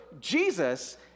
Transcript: Jesus